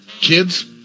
Kids